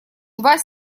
два